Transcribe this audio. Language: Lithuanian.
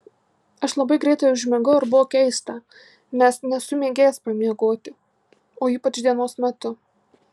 aš labai greitai užmigau ir buvo keista nes nesu mėgėjas pamiegoti o ypač dienos metu